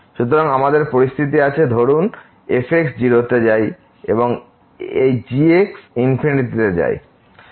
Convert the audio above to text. সুতরাং আমাদের পরিস্থিতি আছে ধরুন f 0 তে যায় এবং এই g তে যায়